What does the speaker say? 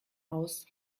aus